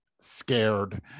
scared